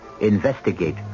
investigate